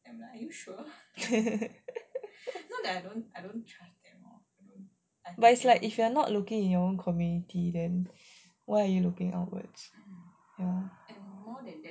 but it's like if you are not looking in your community then why are you looking outwards ya